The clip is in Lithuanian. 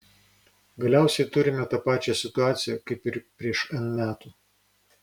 galiausiai turime tą pačią situaciją kaip ir prieš n metų